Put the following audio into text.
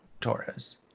Torres